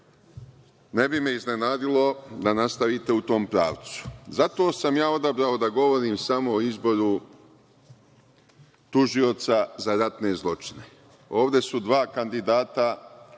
Ne bi me iznenadilo da nastavite u tom pravcu. Zato sam ja odabrao da govorim samo o izboru tužioca za ratne zločine. Ovde su dva kandidata,